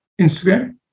Instagram